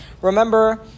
Remember